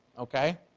okay?